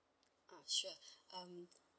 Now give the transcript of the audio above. uh sure um